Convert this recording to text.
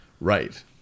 Right